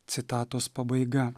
citatos pabaiga